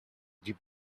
die